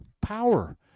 power